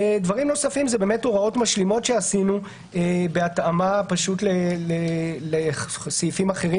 דברים נוספים זה הוראות משלימות שעשינו בהתאמה לסעיפים אחרים